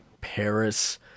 Paris